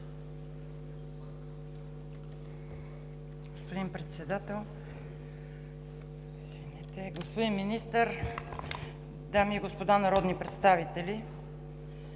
Господин Председател, господин Министър, дами и господа народни представители!